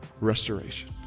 restoration